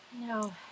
no